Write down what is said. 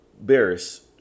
Barris